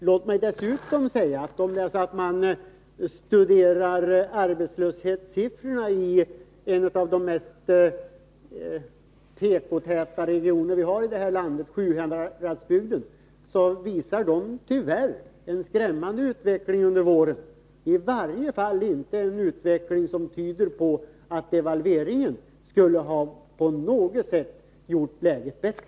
Låt mig dessutom säga att om man studerar arbetslöshetssiffrorna i en av de mest tekotäta regionerna vi har i landet, Sjuhäradsbygden, finner man att de tyvärr visar en skrämmande utveckling under våren. De visar i varje fall inte en utveckling som tyder på att devalveringen på något sätt skulle ha gjort läget bättre.